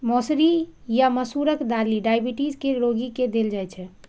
मौसरी या मसूरक दालि डाइबिटीज के रोगी के देल जाइ छै